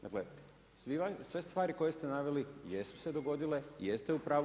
Dakle, sve stvari koje ste naveli, jesu se dogodili, jeste u pravu.